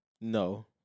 No